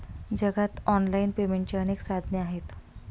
जगात ऑनलाइन पेमेंटची अनेक साधने आहेत